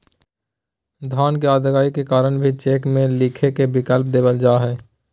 धन अदायगी के कारण भी चेक में लिखे के विकल्प देवल जा हइ